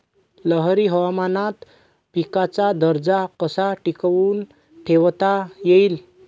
लहरी हवामानात पिकाचा दर्जा कसा टिकवून ठेवता येईल?